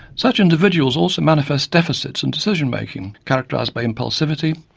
such individuals also manifest deficits in decision making characterised by impulsivity,